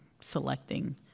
selecting